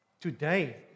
today